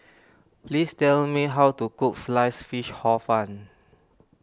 please tell me how to cook Sliced Fish Hor Fun